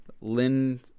Lynn